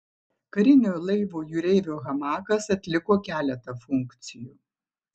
karinio laivo jūreivio hamakas atliko keletą funkcijų